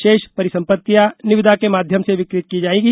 शेष परिसंपत्तियाँ निविदा के माध्यम से विक्रय की जायेंगी